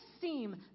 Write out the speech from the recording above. seem